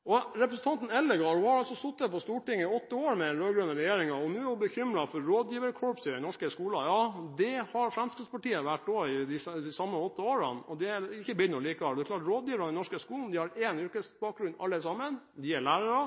Representanten Eldegard har sittet på Stortinget i åtte år med den rød-grønne regjeringen, og nå er hun bekymret for rådgiverkorpset i den norske skolen. Ja, det har Fremskrittspartiet også vært i de samme åtte årene, og det har ikke blitt noe bedre. Det er klart at rådgiverne i den norske skolen har én yrkesbakgrunn alle sammen – de er lærere.